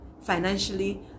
financially